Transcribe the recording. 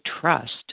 trust